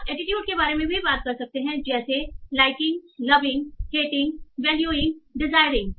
आप एटीट्यूड के बारे में बात कर सकते हैं जैसे liking loving hating valuing desiring